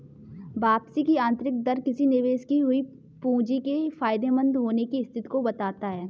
वापसी की आंतरिक दर किसी निवेश की हुई पूंजी के फायदेमंद होने की स्थिति को बताता है